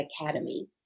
Academy